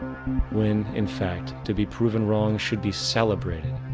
when in fact to be proven wrong should be celebrated.